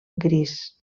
gris